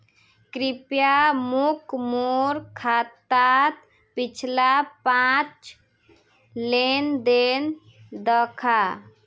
कृप्या मोक मोर खातात पिछला पाँच लेन देन दखा